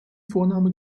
vorname